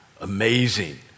amazing